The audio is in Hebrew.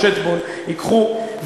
או חברי הכנסת סולומון או שטבון ייקחו,